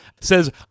says